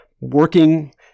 working